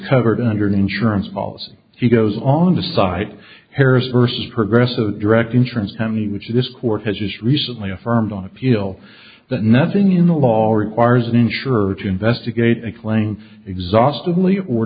covered under an insurance policy he goes on the side harris versus progressive direct insurance company which this court has just recently affirmed on appeal that nothing in the law or requires an insurer to investigate a claim exhaustively or